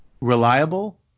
reliable